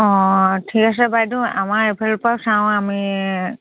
অঁ ঠিক আছে বাইদেউ আমাৰ এইফালৰপৰা চাওঁ আমি